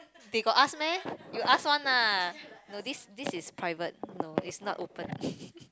they got ask meh you ask one lah no this this is private no it's not open